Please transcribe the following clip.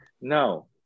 No